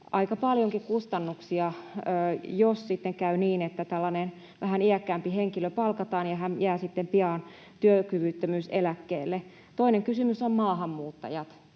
aika paljonkin kustannuksia, jos sitten käy niin, että tällainen vähän iäkkäämpi henkilö palkataan ja hän jää sitten pian työkyvyttömyyseläkkeelle. Toinen kysymys on maahanmuuttajat.